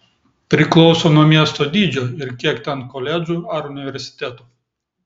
priklauso nuo miesto dydžio ir kiek ten koledžų ar universitetų